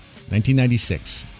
1996